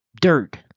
dirt